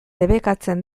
debekatzen